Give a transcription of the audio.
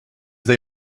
they